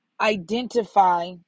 identify